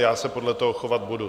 Já se podle toho chovat budu.